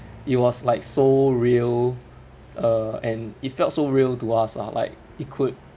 it was like so real uh and it felt so real to us ah like it could